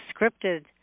scripted